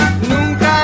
nunca